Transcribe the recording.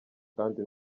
kandi